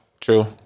True